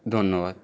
ধন্যবাদ